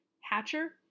Hatcher